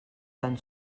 tan